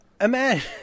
Imagine